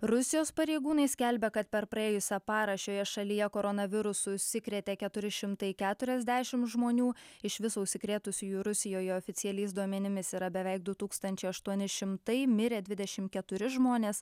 rusijos pareigūnai skelbia kad per praėjusią parą šioje šalyje koronavirusu užsikrėtė keturi šimtai keturiasdešimt žmonių iš viso užsikrėtusiųjų rusijoje oficialiais duomenimis yra beveik du tūkstančiai aštuoni šimtai mirė dvidešimt keturi žmonės